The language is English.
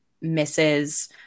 misses